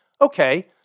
Okay